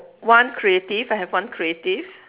one creative I have one creative